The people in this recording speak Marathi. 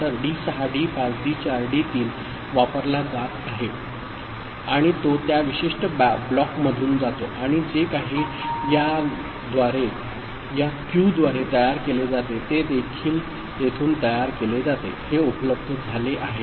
तर D6 D5 D4 D3 वापरला जात आहे आणि तो त्या विशिष्ट ब्लॉकमधून जातो आणि जे काही या क्यूद्वारे तयार केले जाते ते देखील येथून तयार केले जाते हे उपलब्ध झाले आहे